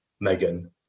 Megan